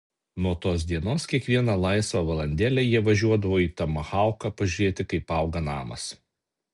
nuo tos dienos kiekvieną laisvą valandėlę jie važiuodavo į tomahauką pažiūrėti kaip auga namas